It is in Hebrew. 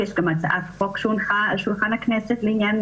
יש גם הצעת חוק שהונחה על שולחן הכנסת לעניין